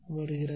வருகிறது